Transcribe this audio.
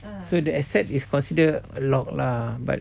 so the asset is consider a lot lah but